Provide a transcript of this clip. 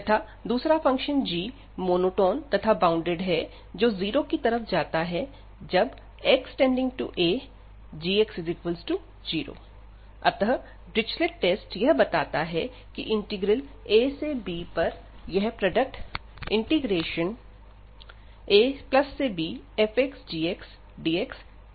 तथा दूसरा function g monotone तथा बॉउंडेड है जो जीरो की तरफ जाता है जबकि x→a gx0 अतः डिरिचलेट टेस्ट यह बताता है की इंटीग्रल a से b पर यह प्रोडक्ट abfxgxdxकन्वर्ज करता है